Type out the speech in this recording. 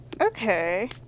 Okay